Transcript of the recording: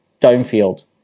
Downfield